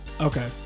Okay